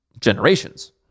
generations